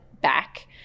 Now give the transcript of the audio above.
back